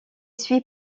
suit